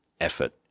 effort